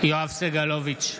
סגלוביץ'